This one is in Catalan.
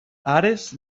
ares